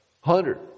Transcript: Hundred